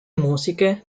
musiche